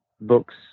books